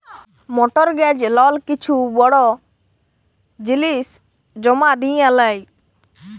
mortgage লল কিছু বড় জিলিস জমা দিঁয়ে লেই